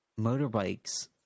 motorbikes